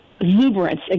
exuberance